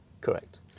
Correct